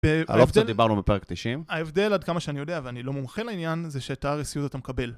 על אופציה דיברנו בפרק 90. ההבדל עד כמה שאני יודע, ואני לא מומחן לעניין, זה שאת ה-RSU אתה מקבל.